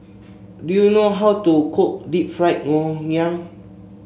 do you know how to cook Deep Fried Ngoh Hiang